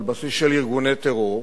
על בסיס של ארגוני טרור,